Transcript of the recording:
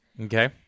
Okay